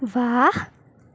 વાહ